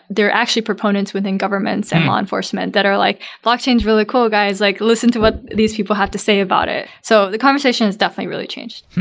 there are actually proponents within governments and law enforcement that are like, blockchain is really cool, guys. like listen to what these people have to say about it. so the conversation has definitely really changed